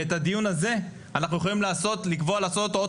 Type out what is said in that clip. ואת הדיון הזה אנחנו יכולים לקבוע לעשות בעוד